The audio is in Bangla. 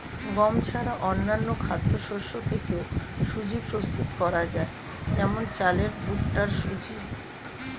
গম ছাড়া অন্যান্য খাদ্যশস্য থেকেও সুজি প্রস্তুত করা যায় যেমন চালের ভুট্টার সুজি